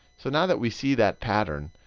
so now that we see that pattern,